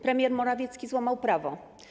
Premier Morawiecki złamał prawo.